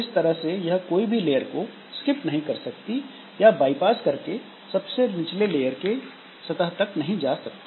इस तरह से यह कोई भी लेयर को स्किप नहीं कर सकती या बाईपास करके सबसे निचले लेयर तक नहीं जा सकती